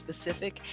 specific